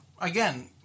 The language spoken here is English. again